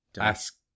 ask